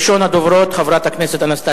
הצעות לסדר-היום מס'